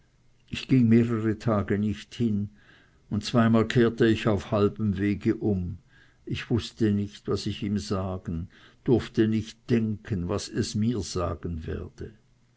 ich ging mehrere tage nicht hin und zweimal kehrte ich auf halbem wege um ich wußte nicht was ihm sagen durfte nicht denken was es mir sagen werde